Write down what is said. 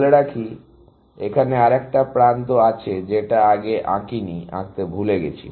বলে রাখি এখানে আরেকটা প্রান্ত আছে যেটা আগে আঁকেনি আঁকতে ভুলে গেছি